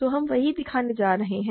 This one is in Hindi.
तो हम वही दिखाने जा रहे हैं